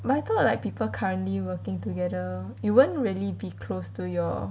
but I thought like people currently working together you won't really be close to your